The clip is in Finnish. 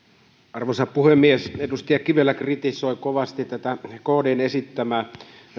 arvoisa puhemies edustaja kivelä kritisoi kovasti kdn esittämää